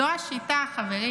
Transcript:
זו השיטה, חברים